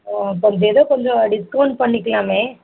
ம் சரி ஏதோ கொஞ்சம் டிஸ்கவுண்ட் பண்ணிக்கலாமே